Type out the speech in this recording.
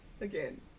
Again